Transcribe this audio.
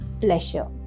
pleasure